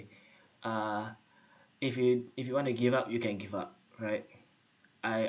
ah if if if you want to give up you can give up right I